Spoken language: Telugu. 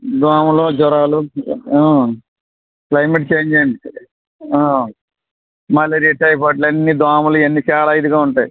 దోమలు జ్వరాలు క్లైమెట్ చేంజ్ అయ్యింది మలేరియా టైఫాయిడ్లన్ని దోమలు ఇవన్నీ చాలా ఇదిగా ఉంటాయి